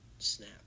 snap